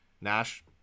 Nash